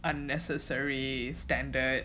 unnecessary standard